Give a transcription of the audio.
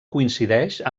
coincideix